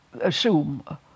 assume